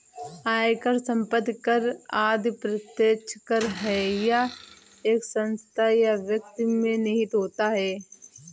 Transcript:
आयकर, संपत्ति कर आदि प्रत्यक्ष कर है यह एक संस्था या व्यक्ति में निहित होता है